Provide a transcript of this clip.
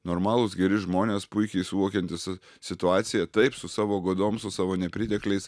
normalūs geri žmonės puikiai suvokiantys situaciją taip su savo godom su savo nepritekliais